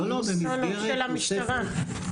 לא, לא, של המשטרה.